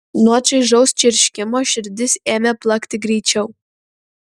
nuo čaižaus čirškimo širdis ėmė plakti greičiau